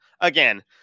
Again